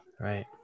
Right